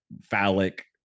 phallic